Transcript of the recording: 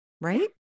right